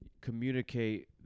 communicate